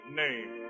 name